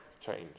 change